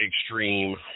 extreme